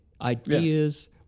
ideas